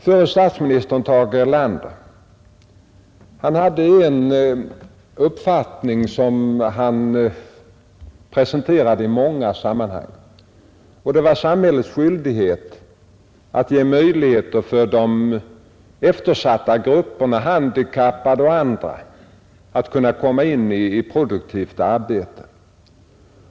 Förre statsministern Tage Erlander hade en uppfattning som han i många sammanhang presenterade, och det gällde samhällets skyldighet att ge de eftersatta grupperna, handikappade och andra, möjlighet att komma in i produktivt arbete.